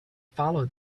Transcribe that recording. follow